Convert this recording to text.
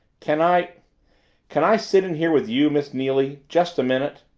can i can i sit in here with you, miss neily, just a minute?